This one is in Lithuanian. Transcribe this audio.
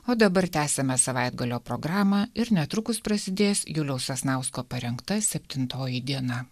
o dabar tęsiame savaitgalio programą ir netrukus prasidės juliaus sasnausko parengta septintoji diena